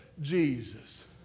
Jesus